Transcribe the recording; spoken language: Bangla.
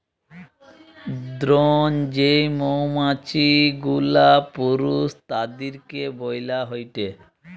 দ্রোন যেই মৌমাছি গুলা পুরুষ তাদিরকে বইলা হয়টে